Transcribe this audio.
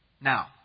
Now